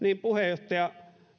puheenjohtaja